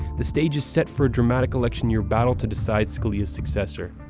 the stage is set for a dramatic election year battle to decide scalia's successor.